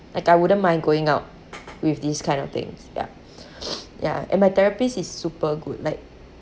like I wouldn't mind going out with these kind of things yeah yeah and my therapist is super good like